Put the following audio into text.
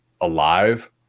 alive